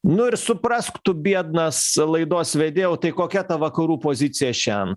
nu ir suprask tu biednas laidos vedėjau tai kokia ta vakarų pozicija šian